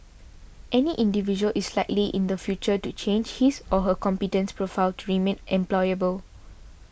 any individual is likely in the future to change his or her competence profile remain employable